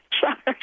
Sorry